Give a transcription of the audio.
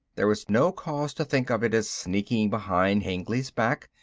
there is no cause to think of it as sneaking behind hengly's back,